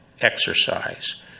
exercise